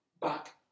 back